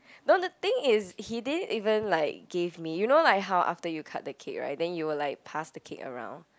no the thing is he didn't even like give me you know like how after you cut the cake right then you will like pass the cake around